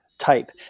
type